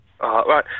Right